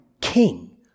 king